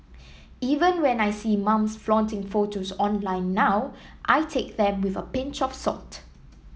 even when I see mums flaunting photos online now I take them with a pinch of salt